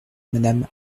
madame